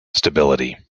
stability